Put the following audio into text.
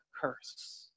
curse